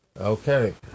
Okay